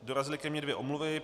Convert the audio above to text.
Dorazily ke mně dvě omluvy.